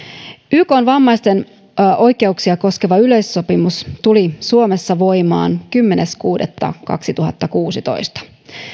ykn vammaisten oikeuksia koskeva yleissopimus tuli suomessa voimaan kymmenes kuudetta kaksituhattakuusitoista